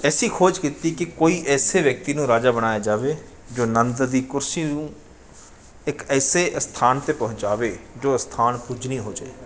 ਐਸੀ ਖੋਜ ਕੀਤੀ ਕੀ ਕੋਈ ਐਸੇ ਵਿਅਕਤੀ ਨੂੰ ਰਾਜਾ ਬਣਾਇਆ ਜਾਵੇ ਜੋ ਨੰਦ ਦੀ ਕੁਰਸੀ ਨੂੰ ਇੱਕ ਐਸੇ ਅਸਥਾਨ 'ਤੇ ਪਹੁੰਚਾਵੇ ਜੋ ਅਸਥਾਨ ਪੂਜਨੀਏ ਹੋ ਜਾਏ